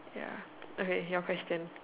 ya okay your question